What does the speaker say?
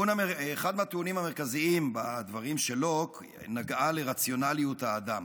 אחד הטיעונים המרכזיים בדברים של לוק נגע לרציונליות האדם,